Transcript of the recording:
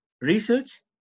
research